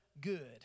good